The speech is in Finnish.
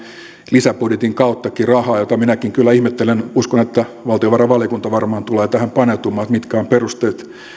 lisäbudjetin kauttakin rahaa mitä minäkin kyllä ihmettelen uskon että valtiovarainvaliokunta tulee tähän paneutumaan mitkä ovat perusteet